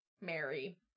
Mary